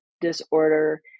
disorder